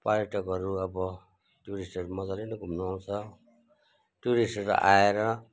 पर्यटकहरू अब टुरिस्टहरू मज्जाले नै घुम्नु आउँछ टुरिस्टहरू आएर